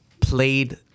played